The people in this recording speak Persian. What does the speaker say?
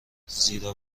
زیرا